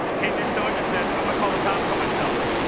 case you're still interested, i'm going to call the cops on myself.